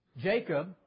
Jacob